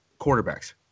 quarterbacks